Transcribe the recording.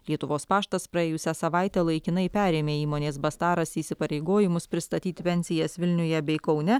lietuvos paštas praėjusią savaitę laikinai perėmė įmonės bastaras įsipareigojimus pristatyti pensijas vilniuje bei kaune